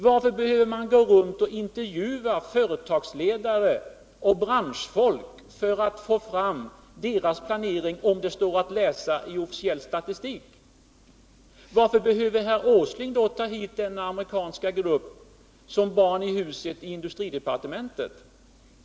Varför behöver man gå runt och intervjua företagsledare och branschfolk för att få fram deras planering, om det står att läsa om den i officiell statistik? Varför behöver herr Åsling ta hit den amerikanska grupp som går som barn i huset i industridepartementet?